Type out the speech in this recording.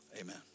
Amen